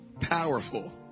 powerful